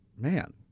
man